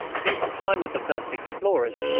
since the time of the first explorers,